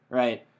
right